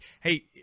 hey